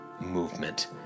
movement